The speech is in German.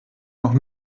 noch